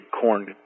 corn